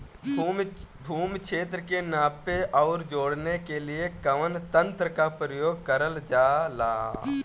भूमि क्षेत्र के नापे आउर जोड़ने के लिए कवन तंत्र का प्रयोग करल जा ला?